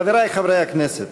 חברי חברי הכנסת,